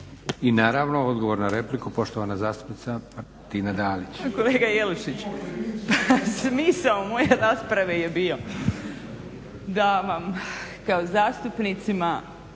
I naravno odgovor na repliku poštovana zastupnica Martina Dalić. **Dalić, Martina (HDZ)** Pa kolega Jelušiću, smisao moje rasprave je bio da vam kao zastupnicima